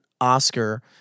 Oscar